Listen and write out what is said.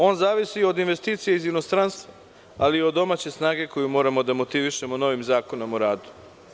On zavisi od investicija iz inostranstva, ali i od domaće snage koju moramo da motivišemo novim Zakonom o radu.